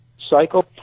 cycle